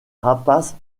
rapaces